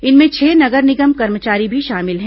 इनमें छह नगर निगम कर्मचारी भी शामिल हैं